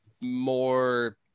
more